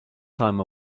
time